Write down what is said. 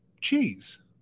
cheese